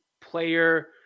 player